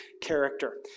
character